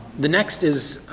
the next is